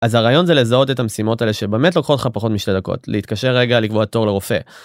אז הרעיון זה לזהות את המשימות האלה שבאמת לוקחות לך פחות משתי דקות, להתקשר רגע לקבוע תור לרופא.